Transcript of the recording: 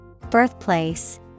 Birthplace